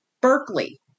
Berkeley